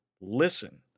listen